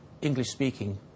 English-speaking